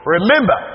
Remember